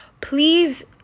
Please